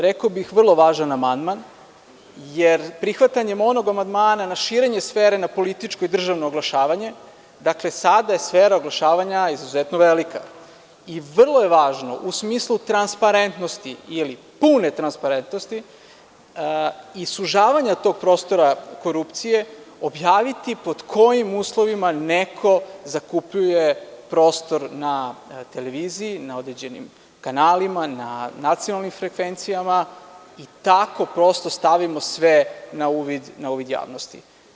Rekao bih vrlo važan amandman, jer prihvatanjem onog amandmana na širenje sfere na političko i državno oglašavanje, dakle sada sfera dešavanja izuzetno velika i vrlo je važno u smislu transparentnosti ili pune transparentnosti i sužavanja tog prostora korupcije, objaviti pod kojim uslovima neko zakupljuje prostor na televiziji, na određenim kanalima, na nacionalnim frekvencijama i tako posle stavimo sve na uvid javnosti.